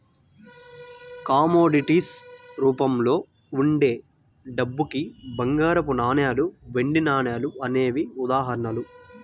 commodities రూపంలో ఉండే డబ్బుకి బంగారపు నాణాలు, వెండి నాణాలు అనేవే ఉదాహరణలు